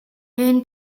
hen